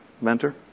mentor